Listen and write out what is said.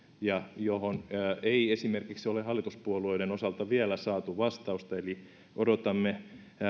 ja johon ei ole esimerkiksi hallituspuolueiden osalta vielä saatu vastausta eli odotamme